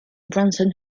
branson